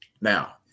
now